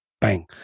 bang